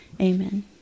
amen